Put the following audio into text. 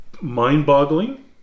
mind-boggling